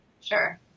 Sure